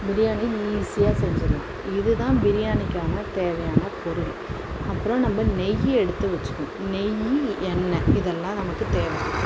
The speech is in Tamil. பிரியாணி ஈஸியாக செஞ்சிடலாம் இதுதான் பிரியாணிக்கான தேவையான பொருள் அப்புறம் நம்ம நெய் எடுத்து வைச்சுக்கணும் நெய் எண்ணெய் இதெல்லாம் நமக்கு தேவை